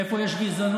איפה אין גזענות?